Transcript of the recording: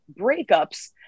breakups